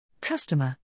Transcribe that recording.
Customer